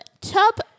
Top